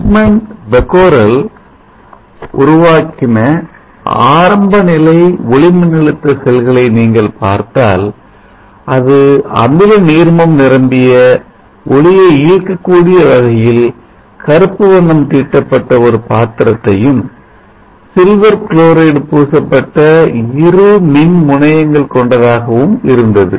Edmund Becquerel உருவாக்கின ஆரம்பநிலை ஒளிமின்னழுத்த செல்களை நீங்கள் பார்த்தால் அது அமில நீர்மம் நிரம்பிய ஒளியை ஈர்க்கக்கூடிய வகையில் கருப்பு வண்ணம் தீட்டப்பட்ட ஒரு பாத்திரத்தையும் சில்வர் குளோரைடு பூசப்பட்ட இரு மின் முனையங்கள் கொண்டதாக இருந்தது